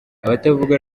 abatavuga